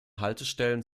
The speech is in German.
haltestellen